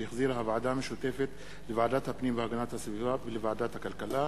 שהחזירה הוועדה המשותפת לוועדת הפנים והגנת הסביבה ולוועדת הכלכלה,